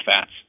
fats